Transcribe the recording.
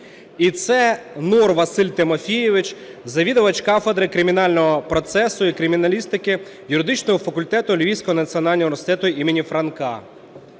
І це Нор Василь Тимофійович, завідувач кафедри кримінального процесу і криміналістики юридичного факультету Львівського національного університету імені Франка.